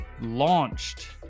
launched